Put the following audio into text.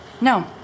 no